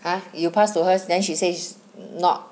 !huh! you pass to her then she says not